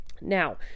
Now